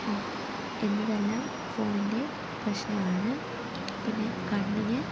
അത് എന്നതെല്ലാം ഫോണിൻറെ പ്രശ്നമാണ് പിന്നേ കണ്ണിന്